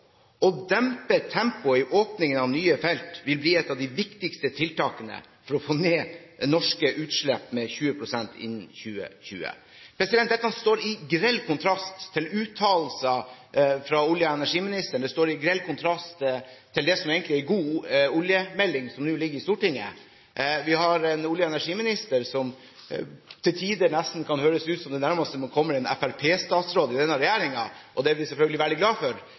Å dempe tempoet i åpningen av nye felter vil bli ett av de viktigste tiltakene for å få ned norske utslipp med 20 prosent innen 2020.» Dette står i grell kontrast til uttalelser fra olje- og energiministeren. Det står i grell kontrast til det som egentlig er en god oljemelding, som nå ligger i Stortinget. Vi har en olje- og energiminister som til tider nesten kan høres ut som det nærmeste man kommer en fremskrittspartistatsråd i denne regjeringen – og det er vi selvfølgelig veldig glad for.